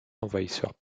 envahisseurs